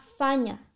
Fanya